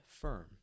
firm